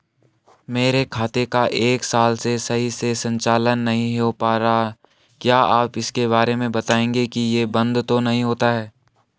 मेरे खाते का एक साल से सही से संचालन नहीं हो पाना रहा है क्या आप इसके बारे में बताएँगे कि ये बन्द तो नहीं हुआ है?